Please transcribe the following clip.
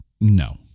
No